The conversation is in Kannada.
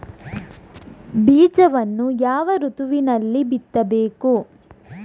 ಬೀಜವನ್ನು ಯಾವ ಋತುವಿನಲ್ಲಿ ಬಿತ್ತಬೇಕು?